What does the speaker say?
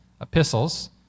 epistles